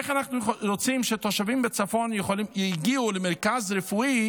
איך אנחנו רוצים שתושבים בצפון יגיעו למרכז רפואי